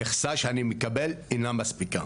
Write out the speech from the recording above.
המכסה שאני מקבל אינה מספיקה.